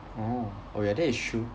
oh oh ya that is true